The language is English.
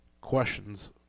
questions